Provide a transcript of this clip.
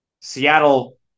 Seattle